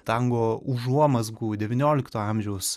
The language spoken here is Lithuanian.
tango užuomazgų devyniolikto amžiaus